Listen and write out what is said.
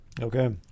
Okay